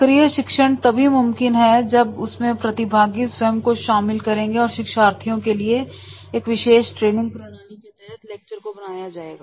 सक्रिय शिक्षण तभी मुमकिन है जब उसमें प्रतिभागी स्वयं को शामिल करेंगे और शिक्षार्थियों के लिए एक विशेष ट्रेनिंग प्रणाली के तहत लेक्चर को बनाया जाएगा